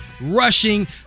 rushing